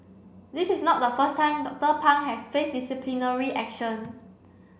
this is not the first time Doctor Pang has faced disciplinary action